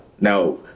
Now